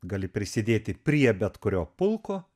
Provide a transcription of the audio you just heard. gali prisidėti prie bet kurio pulko